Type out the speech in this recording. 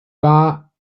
war